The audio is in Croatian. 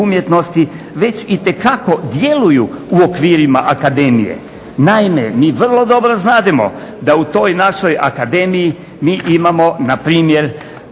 već itekako djeluju u okvirima akademije. Naime, mi vrlo dobro znademo da u toj našoj akademiji mi imamo npr.